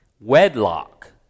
Wedlock